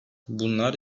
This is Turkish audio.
bunlar